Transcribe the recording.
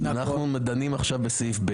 אנחנו דנים עכשיו בסעיף ב'.